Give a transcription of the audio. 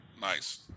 Nice